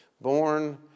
born